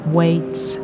waits